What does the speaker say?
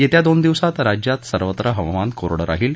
येत्या दोन दिवसात राज्यात सर्वत्र हवामान कोरडं राहील